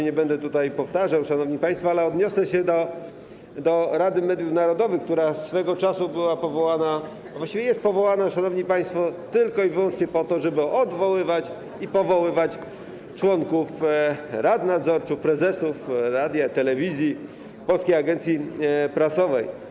Nie będę tego powtarzał, szanowni państwo, natomiast odniosę się do Rady Mediów Narodowych, która swego czasu była powołana, a właściwie jest powołana, szanowni państwo, tylko i wyłącznie po to, żeby odwoływać i powoływać członków rad nadzorczych, prezesów radia, telewizji, Polskiej Agencji Prasowej.